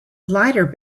lighter